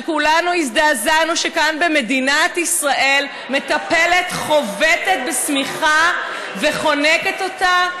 שכולנו הזדעזענו שכאן במדינת ישראל מטפלת חובטת בה בשמיכה וחונקת אותה?